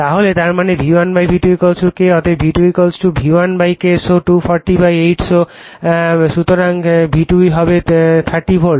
তাহলে তার মানে V1 V2 K অতএব V2 V1 K so 2408 so V2 হবে 30 ভোল্ট